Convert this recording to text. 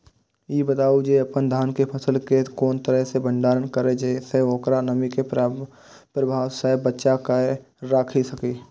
ई बताऊ जे अपन धान के फसल केय कोन तरह सं भंडारण करि जेय सं ओकरा नमी के प्रभाव सं बचा कय राखि सकी?